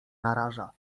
naraża